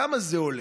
כמה זה עולה?